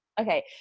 okay